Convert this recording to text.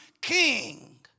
king